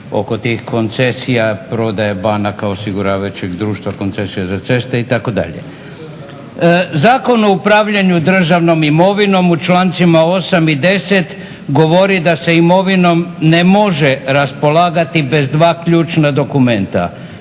oko tih koncesija, prodaje banaka, osiguravajućih društava, koncesije za ceste itd. Zakon o upravljanju državnom imovinom u člancima 8. i 10. govori da se imovinom ne može raspolagati bez dva ključna dokumenta